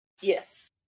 Yes